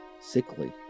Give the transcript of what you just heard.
Sickly